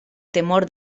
temor